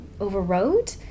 overrode